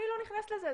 אני לא נכנסת לזה.